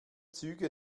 züge